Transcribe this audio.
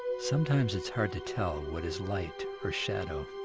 sometimes it's hard to tell what is light or shadow.